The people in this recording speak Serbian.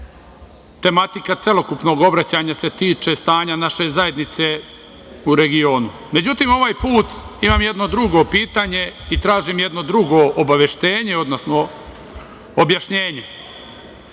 tematika celokupnog obraćanja se tiče stanja naše zajednice u regionu. Međutim, ovaj put imam drugo pitanje i tražim drugo obaveštenje, odnosno objašnjenje.